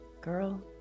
girl